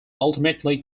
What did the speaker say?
ultimately